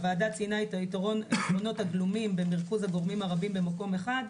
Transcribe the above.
הוועדה ציינה את היתרונות הגלומים במרכוז הגורמים הרבים במקום אחד,